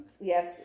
yes